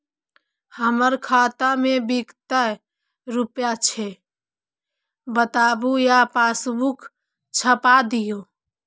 हमर खाता में विकतै रूपया छै बताबू या पासबुक छाप दियो?